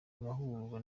amahugurwa